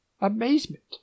amazement